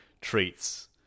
treats